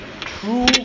true